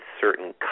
certain